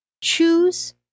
choose